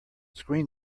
screen